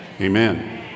Amen